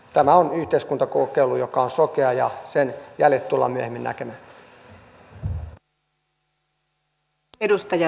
tämä on yhteiskuntakokeilu joka on sokea ja sen jäljet tullaan myöhemmin näkemään